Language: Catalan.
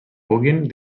puguin